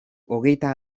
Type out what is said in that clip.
hogeita